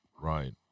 Right